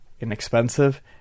inexpensive